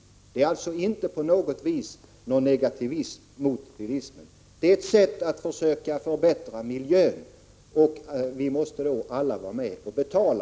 Det rör sig alltså inte på något vis om någon negativism mot bilismen, utan det är ett försök att förbättra miljön — och alla måste vara med och betala.